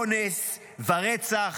אונס ורצח,